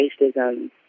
racism